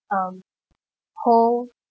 um hold